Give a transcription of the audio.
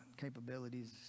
capabilities